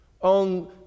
on